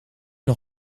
nog